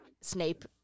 Snape